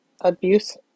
abuse